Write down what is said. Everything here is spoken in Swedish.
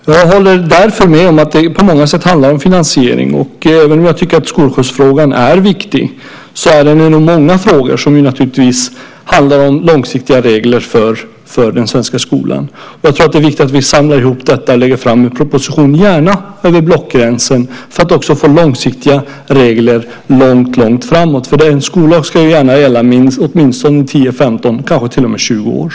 Jag håller därför med om att det på många sätt handlar om finansiering. Även om jag tycker att skolskjutsfrågan är viktig är den en av många frågor som handlar om långsiktiga regler för den svenska skolan. Jag tror att det är viktigt att vi samlar ihop detta och lägger fram en proposition, gärna över blockgränsen, för att få långsiktiga regler framåt. En skollag ska ju gärna gälla åtminstone 10, 15 eller kanske till med 20 år.